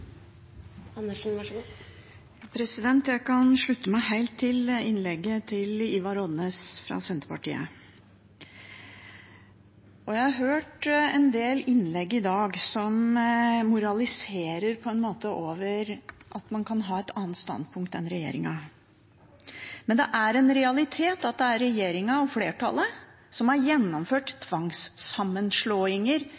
Jeg kan slutte meg helt til innlegget til Ivar Odnes fra Senterpartiet. Jeg har hørt en del innlegg i dag som på en måte moraliserer over at man kan ha et annet standpunkt enn regjeringen. Men det er en realitet at det er regjeringen og flertallet som har gjennomført